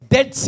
Dead